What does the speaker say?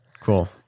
Cool